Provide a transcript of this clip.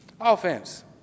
Offense